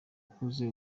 ukuze